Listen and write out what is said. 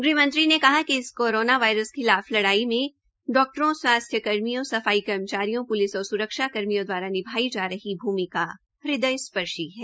गृहंमंत्रीने कहा कि इस कोरोना वायरस खिलाफ लड़ाई में डाक्टरोंस्वास्थ्य कर्मचारियों सफाई कर्मचारियों प्लिस और स्रक्षा कर्मियों द्वारा निभाई जा रही महत्वपूर्ण भूमिका हद्वयस्पर्शी है